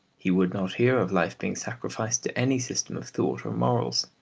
he would not hear of life being sacrificed to any system of thought or morals.